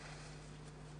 כפתיח